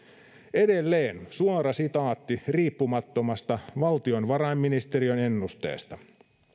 edelleen suora sitaatti riippumattomasta valtiovarainministeriön ennusteesta